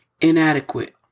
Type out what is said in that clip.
inadequate